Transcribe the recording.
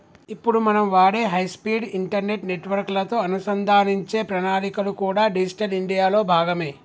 ఇప్పుడు మనం వాడే హై స్పీడ్ ఇంటర్నెట్ నెట్వర్క్ లతో అనుసంధానించే ప్రణాళికలు కూడా డిజిటల్ ఇండియా లో భాగమే